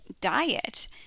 diet